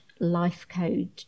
LifeCode